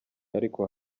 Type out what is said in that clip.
ariko